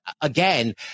again